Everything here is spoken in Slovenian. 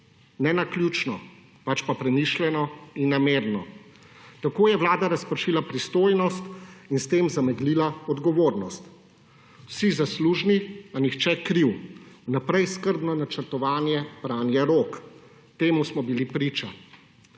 Ne naključno, pač pa premišljeno in namerno. Tako je vlada razpršila pristojnost in s tem zameglila odgovornost. Vsi zaslužni, a nihče kriv, vnaprej skrbno načrtovanje pranja rok. Temu smo bili priča.